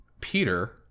Peter